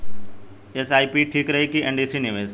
SIP ठीक रही कि एन.सी.डी निवेश?